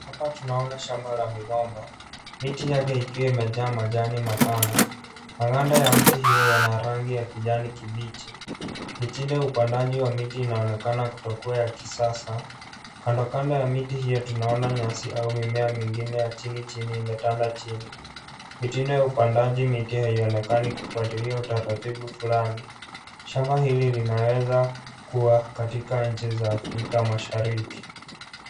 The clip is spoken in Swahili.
Hapa tunaona shamba la migomba, miti yake ikiwa imejaa majani mapana, maganda ya mti hiyo yana rangi ya kijani kibichi, mitindo upandaji wa miti inaonekana kutokuwa ya kisasa, kandokando ya miti hiyo tunaona nyasi au mimea mingine ya chini chini imetanda chini. Mitindo ya upandaji miti haionekani kufuatilia utaratibu fulani. Shamba hili linaweza kuwa katika nchi za Afrika Mashariki.